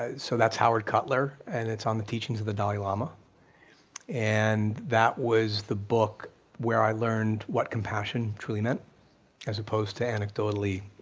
ah so that's howard cutler and it's on the teachings of the dalai lama and that was the book where i learned what compassion truly meant opposed to anecdotally,